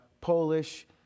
Polish